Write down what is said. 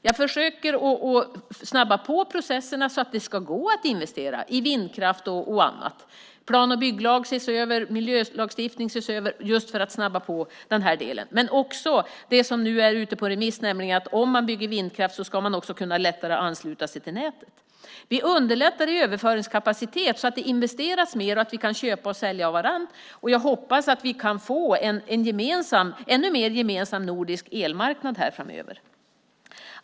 Jag försöker att snabba på processerna så att det ska gå att investera i vindkraft och annat. Plan och bygglagen och miljölagstiftning ses över. Jag försöker att snabba på den delen. Men det handlar också om det som nu är ute på remiss. Om man bygger vindkraft ska man lättare kunna ansluta sig till nätet. Vi underlättar i överföringskapacitet så att det investeras mer och så att vi kan köpa och sälja av varandra. Jag hoppas att vi kan få en ännu mer gemensam nordisk elmarknad framöver.